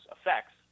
effects